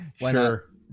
Sure